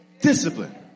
discipline